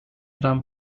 gran